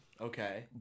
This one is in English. Okay